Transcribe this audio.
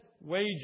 wages